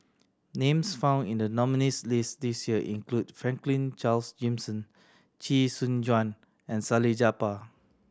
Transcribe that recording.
names found in the nominees' list this year include Franklin Charles Gimson Chee Soon Juan and Salleh Japar